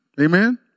Amen